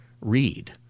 read